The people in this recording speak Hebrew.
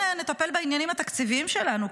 בואו נטפל בעניינים התקציבים שלנו,